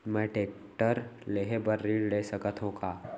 मैं टेकटर लेहे बर ऋण ले सकत हो का?